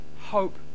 hope